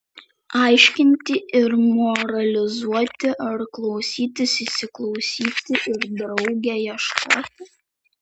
aiškinti ir moralizuoti ar klausytis įsiklausyti ir drauge ieškoti